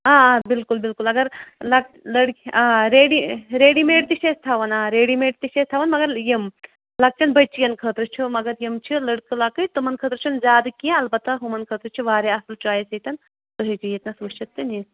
آ آ بالکل بالکل اگر لَک لٔڑکی آ ریڈی ریڈی میڈ تہِ چھِ أسۍ تھَاوان آ ریڈی میڈ تہِ چھِ أسۍ تھاوان مگر یِم لۄکچٮ۪ن بٔچی یَن خٲطرٕ چھُ مگر یِم چھِ لٔڑکہٕ لۄکٕٹۍ تٕمَن خٲطرٕ چھِ زیادٕ کینٛہہ البتہ ہُمَن خٲطرٕ چھِ واریاہ اَصٕل چویِس ییٚتٮ۪ن تُہۍ ہٮ۪کِو ییٚتٮ۪تھ وٕچھِتھ تہٕ نِتھ